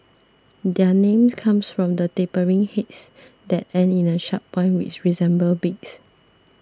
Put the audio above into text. their name comes from their tapering heads that end in a sharp point which resemble beaks